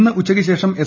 ഇന്ന് ഉച്ചയ്ക്ക് ശേഷം എസ്